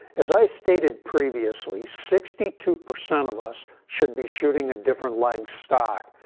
as i stated previously, sixty two percent of us should be shooting a different length stock.